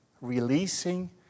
releasing